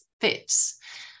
fits